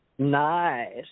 Nice